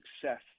success